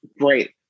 Great